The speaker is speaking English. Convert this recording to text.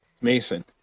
Mason